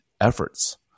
efforts